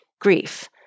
grief